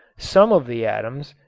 some of the atoms,